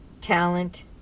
talent